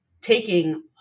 taking